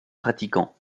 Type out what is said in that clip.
pratiquant